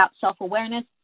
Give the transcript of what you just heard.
self-awareness